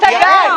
זה סעיף הצגה.